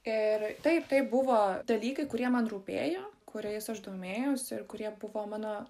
ir taip tai buvo dalykai kurie man rūpėjo kuriais aš domėjausi ir kurie buvo mano